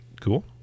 Cool